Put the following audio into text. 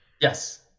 Yes